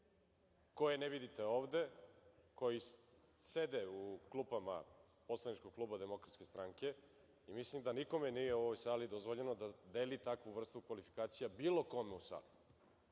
koje ne vidite ovde, koji sede u klupama poslaničkog kluba DS.Mislim da nikome nije u ovoj sali dozvoljeno da deli takvu vrstu kvalifikacija bilo kome u sali.